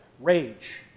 rage